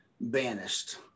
banished